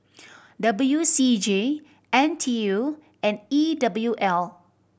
W C G N T U and E W L